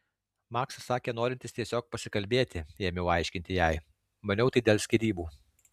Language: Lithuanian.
maksas sakė norintis tiesiog pasikalbėti ėmiau aiškinti jai maniau tai dėl skyrybų